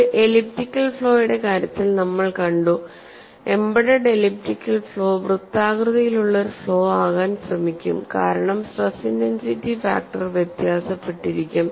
ഒരു എലിപ്റ്റിക്കൽ ഫ്ലോയുടെ കാര്യത്തിൽ നമ്മൾ കണ്ടു എംബെഡഡ് എലിപ്റ്റിക്കൽ ഫ്ലോ വൃത്താകൃതിയിലുള്ള ഒരു ഫ്ലോ ആകാൻ ശ്രമിക്കും കാരണം സ്ട്രെസ് ഇന്റൻസിറ്റി ഫാക്ടർ വ്യത്യാസപ്പെട്ടിരിക്കും